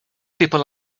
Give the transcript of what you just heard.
people